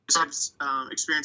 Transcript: experience